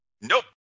Nope